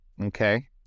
Okay